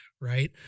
right